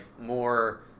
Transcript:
more